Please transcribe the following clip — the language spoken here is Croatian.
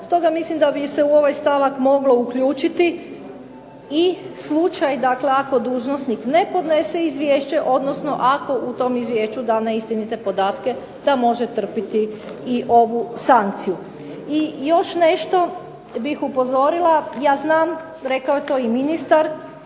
Stoga mislim da bi se u ovaj stavak moglo uključiti i slučaj dakle ako dužnosnik ne podnese izvješće, odnosno ako u tom izvješću da neistinite podatke da može trpiti i ovu sankciju. I još nešto bih upozorila, ja znam, rekao je to i ministar,